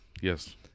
Yes